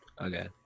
Okay